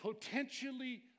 potentially